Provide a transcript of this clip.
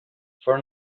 for